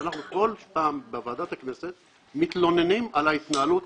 בכל פעם בוועדת הכנסת אנחנו מתלוננים על ההתנהלות